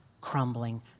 crumbling